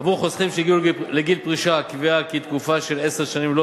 עבור חוסכים שהגיעו לגיל פרישה קביעה כי תקופה של עשר שנים ללא